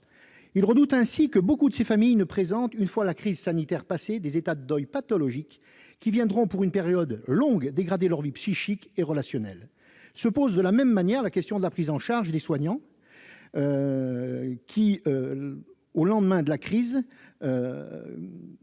Il redoute ainsi que « beaucoup de ces familles ne présentent, une fois la crise sanitaire passée, des états de deuil pathologique, qui viendront pour une longue période dégrader leur vie psychique et relationnelle ». Se pose de la même manière la question de la prise en charge des soignants, au lendemain de la crise.